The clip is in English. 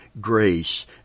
grace